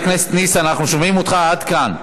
אנחנו שומעים אותך עד כאן.